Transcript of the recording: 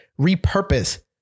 repurpose